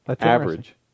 Average